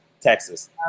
Texas